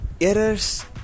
errors